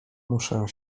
muszę